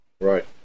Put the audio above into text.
Right